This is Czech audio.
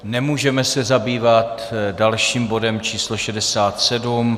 Nemůžeme se zabývat dalším bodem číslo 67.